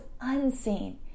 unseen